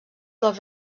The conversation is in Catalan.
del